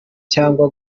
cyangwa